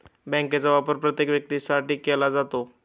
बँकांचा वापर प्रत्येक व्यक्तीसाठी केला जातो